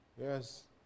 Yes